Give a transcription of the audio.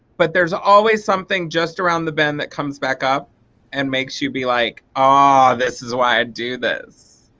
but there's always something just around the bend that comes back up and makes you be like, oh ah this is why i do this.